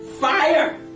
Fire